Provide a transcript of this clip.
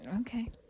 Okay